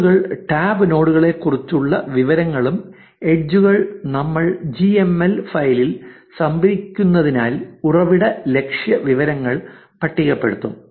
നോഡുകൾ ടാബ് നോഡുകളെ കുറിച്ചുള്ള വിവരങ്ങളും എഡ്ജ്കൾ നമ്മൾ ജി എം എൽ gml ഫയലിൽ സംഭരിച്ചിരിക്കുന്നതിനാൽ ഉറവിട ലക്ഷ്യ വിവരങ്ങൾ പട്ടികപ്പെടുത്തും